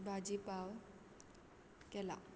भाजी पाव केला